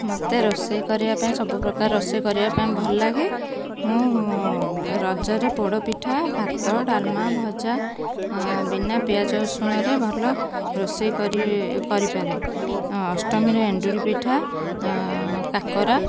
ମୋତେ ରୋଷେଇ କରିବାପାଇଁ ସବୁ ପ୍ରକାର ରୋଷେଇ କରିବାପାଇଁ ଭଲ ଲାଗେ ମୁଁ ରଜରେ ପୋଡ଼ ପିଠା ଭାତ ଡ଼ାଲମା ଭଜା ବିନା ପିଆଜ ରସୁଣରେ ଭଲ ରୋଷେଇ କରି କରିପାରେ ଅଷ୍ଟମୀରେ ଏଣ୍ଡୁରି ପିଠା କାକରା